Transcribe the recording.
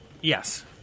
Yes